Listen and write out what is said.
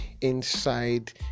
inside